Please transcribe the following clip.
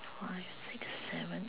five six seven